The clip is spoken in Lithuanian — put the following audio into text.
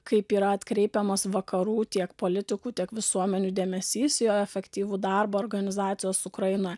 kaip yra atkreipiamas vakarų tiek politikų tiek visuomenių dėmesys į jo efektyvų darbo organizacijos su ukraina